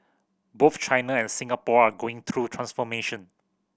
both China and Singapore are going through transformation